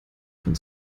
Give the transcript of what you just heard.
von